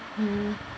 mm